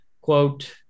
quote